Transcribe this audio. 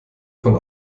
von